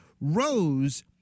Rose